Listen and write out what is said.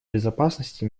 безопасности